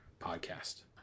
podcast